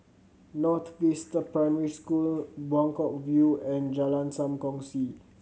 North Vista Primary School Buangkok View and Jalan Sam Kongsi